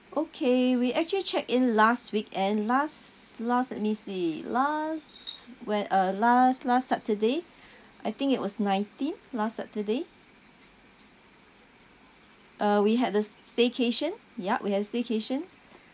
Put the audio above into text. okay we actually checked in last weekend last last let me see last when uh last last saturday I think it was nineteenth last saturday uh we had the staycation ya we had staycation